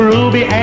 Ruby